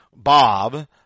Bob